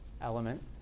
element